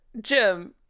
jim